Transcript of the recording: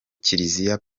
kiliziya